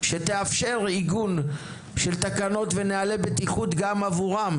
שתאפשר עיגון של תקנות ונהלי בטיחות גם עבורם?